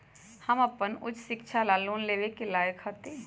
हम अपन उच्च शिक्षा ला लोन लेवे के लायक हती?